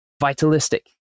vitalistic